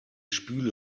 spüle